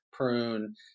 prune